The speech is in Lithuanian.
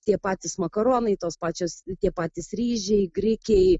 tie patys makaronai tos pačios tie patys ryžiai grikiai